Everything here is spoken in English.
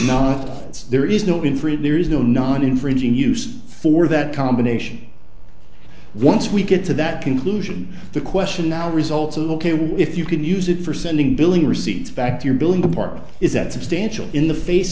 of there is no been for it there is no non infringing use for that combination once we get to that conclusion the question now results of ok with if you can use it for sending billing receipts back to your billing department is that substantial in the face